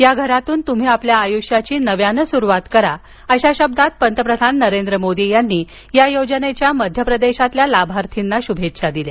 या घरातून तुम्ही आपल्या आयुष्याची नव्यानं सुरुवात करा अशा शब्दांत पंतप्रधान नरेंद्र मोदी यांनी या योजनेच्या मध्य प्रदेशातील लाभार्थ्यांना शूभेच्छा दिल्या